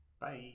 Bye